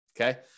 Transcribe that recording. Okay